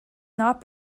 not